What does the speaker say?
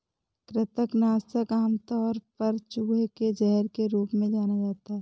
कृंतक नाशक आमतौर पर चूहे के जहर के रूप में जाना जाता है